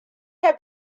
have